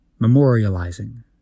memorializing